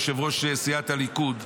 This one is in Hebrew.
יושב-ראש סיעת הליכוד,